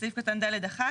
בסעיף קטן (ד)(1),